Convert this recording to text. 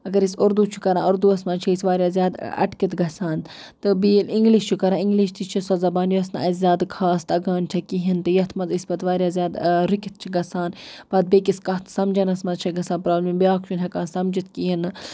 اگر أسۍ اُردوٗ چھِ کَران اردوَس منٛز چھِ أسۍ واریاہ زیادٕ اَٹکِتھ گژھان تہٕ بیٚیہِ ییٚلہِ اِنگلِش چھُ کَرانان اِنگلِش تہِ چھِ سۄ زَبان یۄس نہٕ اَسہِ زیادٕ خاص تَگان چھےٚ کِہیٖنۍ تہِ یَتھ منٛز أسۍ پَتہٕ واریاہ زیادٕ رُکِتھ چھِ گژھان پَتہٕ بیٚکِس کَتھ سَمجھنَس منٛز چھےٚ گژھان پرابلِم بیٛاکھ چھُنہٕ ہیٚکان سَمجِتھ کِہیٖنۍ نہٕ